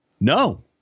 No